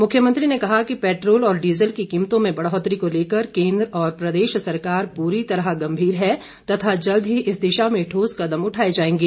मुख्यमंत्री ने कहा कि पैटोल और डीज़ल की कीमतों में बढ़ौतरी को लेकर केंद्र और प्रदेश सरकार पूरी तरह गंभीर है तथा जल्द ही इस दिशा मे ठोस कदम उठाए जाएगे